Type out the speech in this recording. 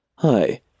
Hi